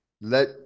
let